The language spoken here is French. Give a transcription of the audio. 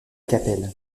capelle